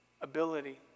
ability